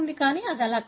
కానీ అది అలా కాదు